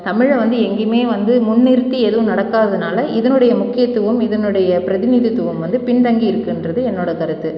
தமிழை வந்து எங்கேயுமே வந்து முன்நிறுத்தி எதுவும் நடக்காததுனால் இதனுடைய முக்கியத்துவம் இதனுடைய பிரதிநிதித்துவம் வந்து பின்தங்கி இருக்குங்றது என்னோடய கருத்து